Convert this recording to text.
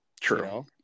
True